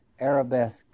arabesque